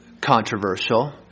controversial